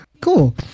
cool